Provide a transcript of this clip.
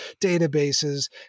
databases